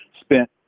spent